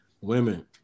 women